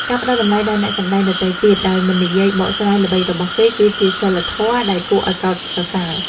ការផ្តល់តម្លៃដល់អ្នកសម្តែងដទៃទៀតដោយមិននិយាយបកស្រាយល្បិចរបស់គេគឺជាសីលធម៌ដែលគួរឱ្យកោតសរសើរ។